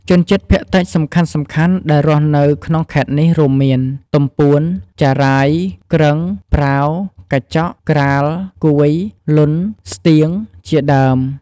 ជនជាតិភាគតិចសំខាន់ៗដែលរស់នៅក្នុងខេត្តនេះ រួមមាន ទំពួន ចារ៉ាយ គ្រឹង ប្រាវ កាចក់ ក្រាល កួយ លុន ស្ទៀង ជាដើម។